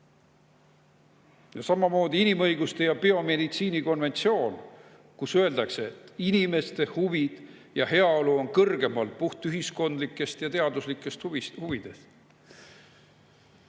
Samamoodi on inimõiguste ja biomeditsiini konventsioon, kus öeldakse, et inimeste huvid ja heaolu on kõrgemal puhtühiskondlikest ja -teaduslikest huvidest.